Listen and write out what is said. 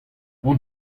hon